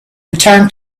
return